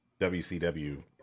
WCW